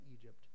Egypt